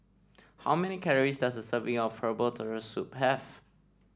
how many calories does a serving of Herbal Turtle Soup have